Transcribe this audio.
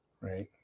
Right